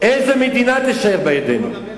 איזו מדינה תישאר בידינו?